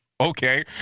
Okay